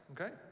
okay